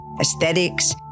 aesthetics